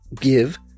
give